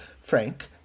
Frank